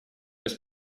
без